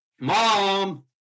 Mom